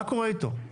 מה קורה איתו?